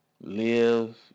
live